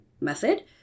method